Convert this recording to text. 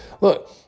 look